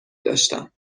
داشتم